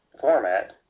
format